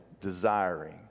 Desiring